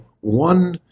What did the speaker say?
one